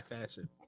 fashion